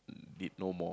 mm did no more